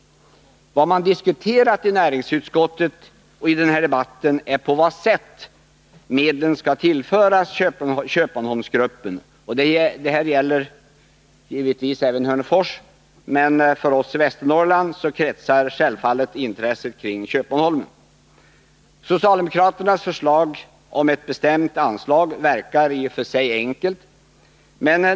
Vad man diskuterat i näringsutskottet och i denna debatt är på vad sätt medlen skall tillföras Köpmanholmsgruppen. Det gäller givetvis även Hörnefors, men för oss i Västernorrland kretsar självfallet intresset kring Köpmanholmen. Socialdemokraternas förslag om ett bestämt anslag verkar i och för sig enkelt.